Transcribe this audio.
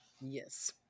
yes